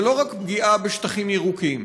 זה לא רק פגיעה בשטחים ירוקים,